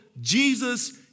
Jesus